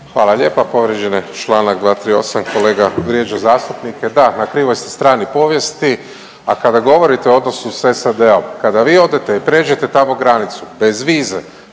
Hvala lijepa. Povrijeđen je čl. 238. Kolega vrijeđa zastupnike. Da, na krivoj ste strani povijesti, a kada govorite o odnosu s SAD-om, kada vi odete i prijeđete tamo granicu bez vize,